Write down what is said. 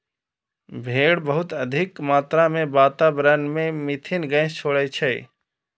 भेड़ बहुत अधिक मात्रा मे वातावरण मे मिथेन गैस छोड़ै छै